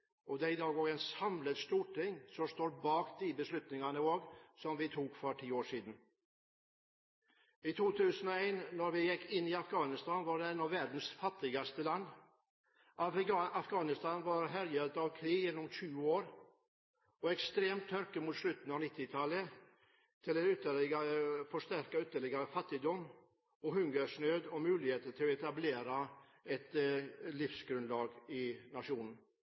storting – som står bak de beslutningene som vi tok for ti år siden. I 2001, da vi gikk inn i Afghanistan, var det et av verdens fattigste land. Afghanistan var herjet av krig gjennom 20 år. Ekstrem tørke mot slutten av 1990-tallet forsterket ytterligere fattigdom, hungersnød og muligheter til å etablere et livsgrunnlag for nasjonen.